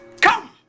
Come